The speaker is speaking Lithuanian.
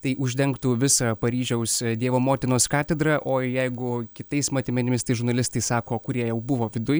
tai uždengtų visą paryžiaus dievo motinos katedrą o jeigu kitais matmenimis tai žurnalistai sako kurie jau buvo viduj